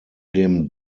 dem